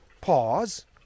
pause